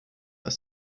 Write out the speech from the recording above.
are